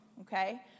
okay